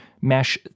Mesh